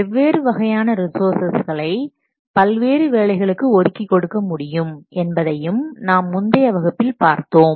வெவ்வேறு வகையான ரிஸோர்ஸ்களை பல்வேறு வேலைகளுக்கு ஒதுக்கிக் கொடுக்க முடியும் என்பதையும் நாம் முந்தைய வகுப்பிலே பார்த்தோம்